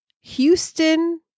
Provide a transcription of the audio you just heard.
Houston